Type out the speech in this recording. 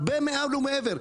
הרבה מעל ומעבר.